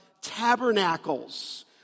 Tabernacles